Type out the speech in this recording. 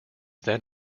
then